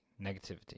negativity